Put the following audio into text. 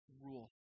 rule